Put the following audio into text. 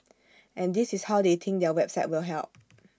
and this is how they think their website will help